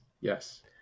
Yes